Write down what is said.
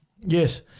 Yes